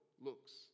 looks